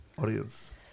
audience